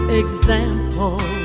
example